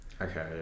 Okay